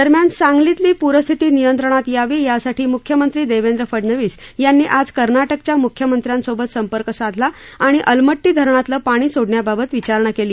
दरम्यान सांगलीतली पूरस्थिती नियंत्रणात यावी यासाठी मुख्यमंत्री देवेंद्र फडनवीस यांनी आज कर्नाटकाच्या मुख्यमंत्र्यांसोबत संपर्क साधला आणि आलमट्टी धरणातलं पाणी सोडण्याबाबत विचारणा केली